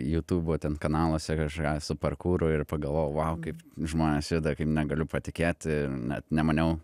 jutubo ten kanaluose kažką su parkūru ir pagalvojau vou kaip žmonės juda kaip negaliu patikėti net nemaniau